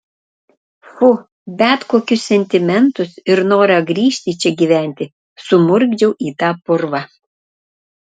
fu bet kokius sentimentus ir norą grįžti čia gyventi sumurgdžiau į tą purvą